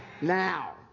Now